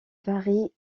varie